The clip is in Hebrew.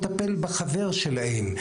הנה אף אחד לא מטפל בחבר שלהם.